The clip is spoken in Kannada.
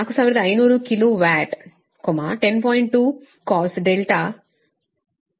2 cos R1 ಆಂಪಿಯರ್ ಒಂದೇ ಆಗಿರುತ್ತದೆ